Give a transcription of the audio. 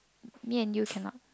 me and you cannot